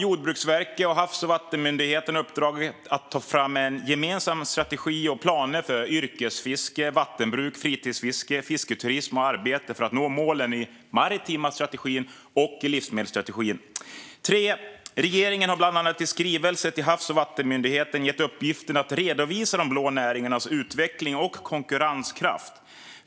Jordbruksverket och Havs och vattenmyndigheten har i uppdrag att ta fram en gemensam strategi och planer för yrkesfiske, vattenbruk, fritidsfiske, fisketurism och arbete för att nå målen i den maritima strategin och livsmedelsstrategin. Regeringen har i bland annat skrivelser till Havs och vattenmyndigheten gett i uppgift att redovisa de blå näringarnas utveckling och konkurrenskraft.